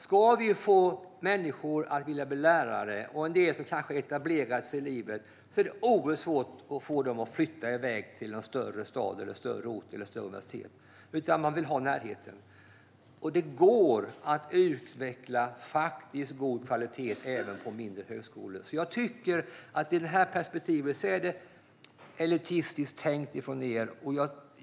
En del människor som vill bli lärare har kanske etablerat sig på någon plats. Det är oerhört svårt att få dem att flytta till en större stad, en större ort eller ett större universitet. De vill ha närheten. Det går att utveckla god kvalitet även på mindre högskolor. Jag tycker att det ur detta perspektiv är elitistiskt tänkt av er.